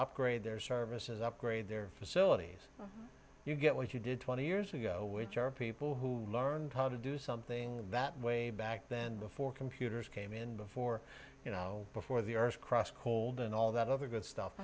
upgrade their services upgrade their facilities you get what you did twenty years ago which are people who learned how to do something that way back then before computers came in before you know before the earth crust cold and all that other good stuff